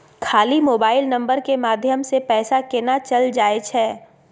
खाली mobile number के माध्यम से पैसा केना चल जायछै?